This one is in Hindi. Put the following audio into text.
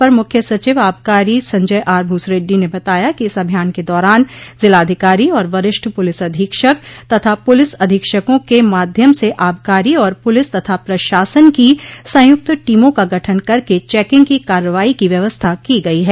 अपर मुख्य सचिव आबकारी संजय आर भूसरेड्डी ने बताया कि इस अभियान के दौरान जिलाधिकारी और वरिष्ठ पुलिस अधीक्षक तथा पुलिस अधीक्षकों के माध्यम से आबकारी और पुलिस तथा प्रशासन की संयुक्त टीमों का गठन करके चेकिंग की कार्रवाई की व्यवस्था की गई है